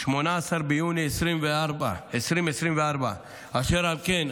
18 ביוני 2024. אשר על כן,